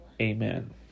Amen